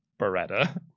Beretta